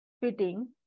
fitting